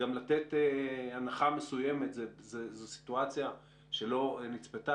זו סיטואציה שלא נצפתה,